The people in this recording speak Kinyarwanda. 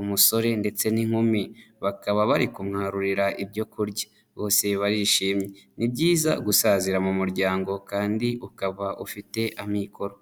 umusore ndetse n'inkumi, bakaba bari kumwarurira ibyo kurya. Bose barishimye. Ni byiza gusazira mu muryango kandi ukaba ufite amikoro.